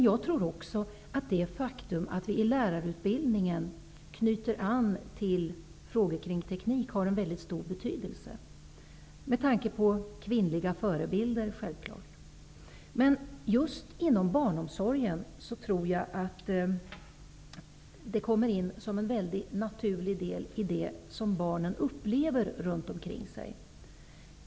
Jag tror också att det har väldigt stor betydelse att i lärarutbildningen knyta an till frågor om teknik -- med tanke på kvinnliga förebilder, självklart. Just inom barnomsorgen tror jag att tekniken kommer in som en väldigt naturlig del i det som barnen upplever runt omkring sig.